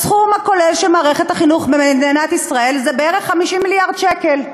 הסכום הכולל של מערכת החינוך במדינת ישראל זה בערך 50 מיליארד שקל.